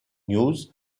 news